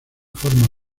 forma